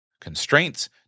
constraints